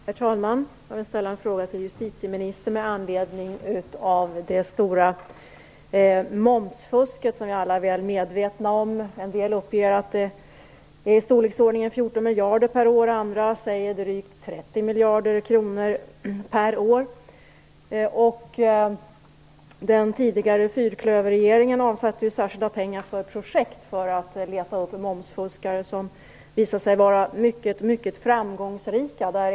Herr talman! Jag vill ställa en fråga till justitieministern med anledning av det stora momsfusk som vi alla är väl medvetna om. En del uppger att det kostar i storleksordningen 14 miljarder per år. Andra säger drygt 30 miljarder kronor per år. Den tidigare fyrklöverregeringen avsatte ju särskilda pengar för projekt för att leta upp momsfuskare, som visade sig vara mycket framgångsrika.